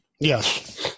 Yes